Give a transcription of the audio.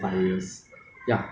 okay we say in singapore lah